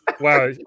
Wow